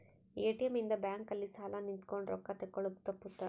ATM ಇಂದ bank ಅಲ್ಲಿ ಸಾಲ್ ನಿಂತ್ಕೊಂಡ್ ರೊಕ್ಕ ತೆಕ್ಕೊಳೊದು ತಪ್ಪುತ್ತ